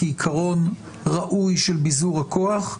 כעיקרון ראוי של ביזור הכוח.